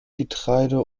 getreide